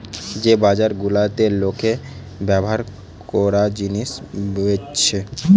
যে বাজার গুলাতে লোকে ব্যভার কোরা জিনিস বেচছে